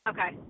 Okay